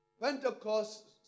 Pentecost